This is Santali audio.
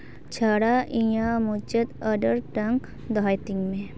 ᱪᱷᱟᱲᱟ ᱤᱧᱟᱹᱜ ᱢᱩᱪᱟᱹᱫ ᱚᱰᱟᱨ ᱴᱟᱝ ᱫᱚᱦᱚᱭ ᱛᱤᱧ ᱢᱮ